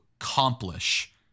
accomplish